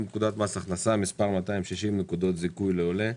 פקודת מס הכנסה (מס' 260) (נקודות זיכוי לעולה)